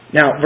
Now